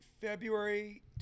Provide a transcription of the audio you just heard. February